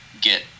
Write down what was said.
get